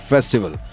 Festival